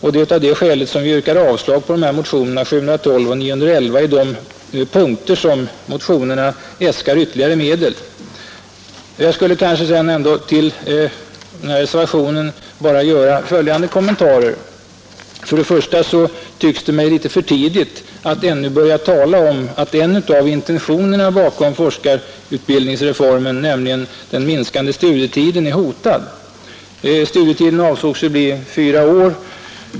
Vi yrkar av det skälet avslag på motionerna 712 och 911 i de punkter motionerna äskar ytterligare medel. Jag vill till reservationen dessutom bara göra följande kommentarer. För det första tycks det mig ännu för tidigt att börja tala om att en av intentionerna bakom 1969 års forskarutbildningsreform, nämligen den minskade studietiden, är hotad. Studietiden avsågs bli fyra år.